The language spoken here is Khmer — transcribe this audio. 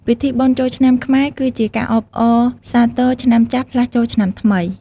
ពិធីបុណ្យចូលឆ្នាំខ្មែរ គឺជាការអបអរសាទរ ឆ្នាំចាស់ ផ្លាស់ចូលឆ្នាំថ្មី។